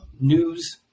news